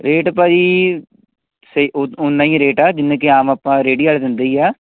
rate ਭਾਅ ਜੀ ਸਹੀ ਉ ਉਨਾਂ ਹੀ ਰੇਟ ਆ ਜਿੰਨੇ ਕਿ ਆਮ ਆਪਾਂ ਰੇਹੜੀ ਵਾਲੇ ਦਿੰਦੇ ਹੀ ਆ